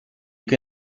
che